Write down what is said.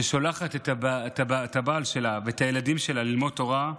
ששולחת את הבעל והילדים שלה ללמוד תורה,